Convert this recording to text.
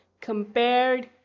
compared